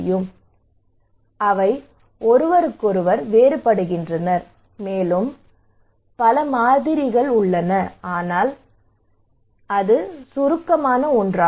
சரி அவை ஒருவருக்கொருவர் வேறுபடுகின்றன மேலும் மாறிகள் உள்ளன ஆனால் அது சுருக்கமான ஒன்றாகும்